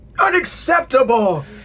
UNACCEPTABLE